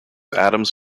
adams